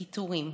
פיטורים,